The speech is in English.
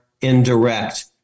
indirect